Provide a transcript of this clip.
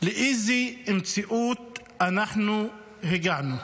לאיזו מציאות אנחנו הגענו.